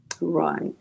right